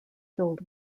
filled